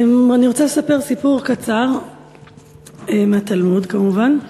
אני רוצה לספר סיפור קצר מהתלמוד, כמובן,